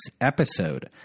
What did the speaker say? episode